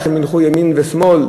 איך הם ילכו ימין ושמאל,